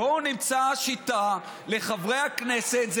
בואו נמצא שיטה לחברי הכנסת,